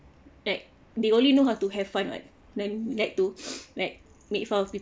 like they only know how to have fun what then like to like made fun of people